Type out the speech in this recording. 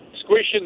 squishing